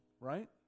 Right